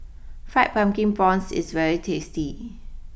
Fried Pumpkin Prawns is very tasty